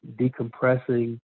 decompressing